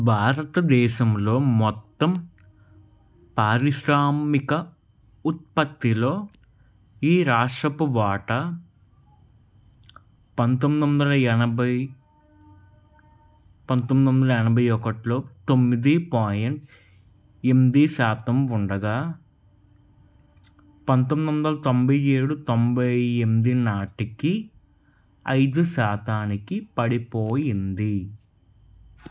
భారతదేశంలో మొత్తం పారిశ్రామిక ఉత్పత్తిలో ఈ రాష్ట్రపు వాటా పంతొమ్మిది వందల ఎనభై పంతొమ్మిది వందల ఎనభై ఒకటిలో తొమ్మిది పాయింట్ ఎందీ శాతం ఉండగా పంతొమ్మిది వందల తొంభై ఏడు తొంభై ఎనిమిది నాటికి ఐదు శాతానికి పడిపోయింది